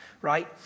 right